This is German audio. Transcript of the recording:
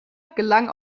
gelang